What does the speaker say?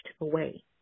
away